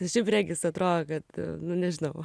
ir šiaip regis atrodo kad nu nežinau